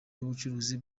y’ubucuruzi